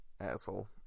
asshole